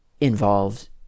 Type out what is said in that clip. involved